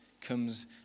comes